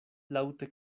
laŭte